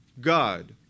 God